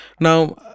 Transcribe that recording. Now